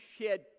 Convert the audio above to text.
shed